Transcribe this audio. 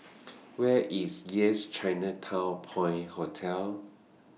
Where IS Yes Chinatown Point Hotel